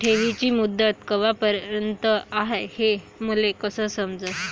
ठेवीची मुदत कवापर्यंत हाय हे मले कस समजन?